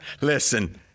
Listen